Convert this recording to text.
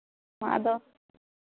ᱟᱫᱚ